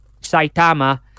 Saitama